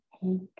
pink